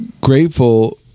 grateful